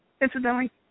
incidentally